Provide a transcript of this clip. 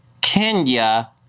Kenya